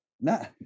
No